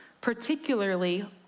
particularly